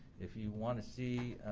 if you want to see